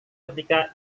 ketika